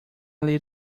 lit